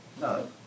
No